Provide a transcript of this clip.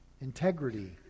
integrity